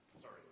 Sorry